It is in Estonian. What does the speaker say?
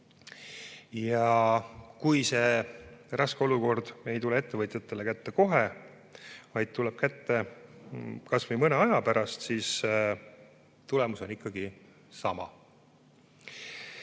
Ja kui see raske olukord ei tule ettevõtjatele kätte kohe, vaid tuleb kätte mõne aja pärast, siis tulemus on ikkagi sama.